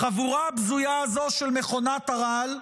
החבורה הבזויה הזאת של מכונת הרעל,